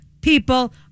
people